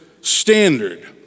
standard